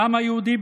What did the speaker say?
העם היהודי,